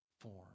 form